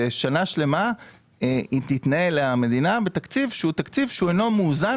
ששנה שלמה המדינה תתנהל בתקציב שהוא אינו מאוזן,